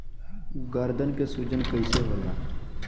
गर्दन के सूजन कईसे होला?